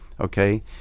okay